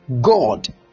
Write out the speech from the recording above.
God